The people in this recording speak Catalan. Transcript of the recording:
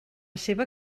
seva